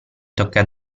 tocca